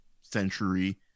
century